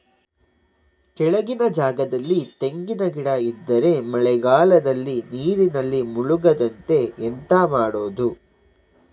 ಕೆಳಗಿನ ಜಾಗದಲ್ಲಿ ತೆಂಗಿನ ಗಿಡ ಇದ್ದರೆ ಮಳೆಗಾಲದಲ್ಲಿ ನೀರಿನಲ್ಲಿ ಮುಳುಗದಂತೆ ಎಂತ ಮಾಡೋದು?